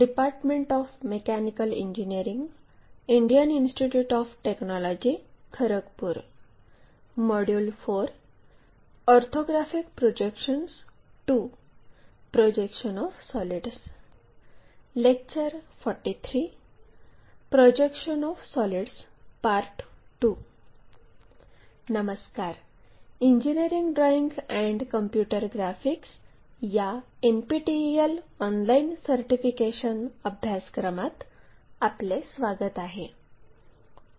नमस्कार engineering drawing and computer graphics या NPTEL online certification अभ्यासक्रमात आपले स्वागत आहे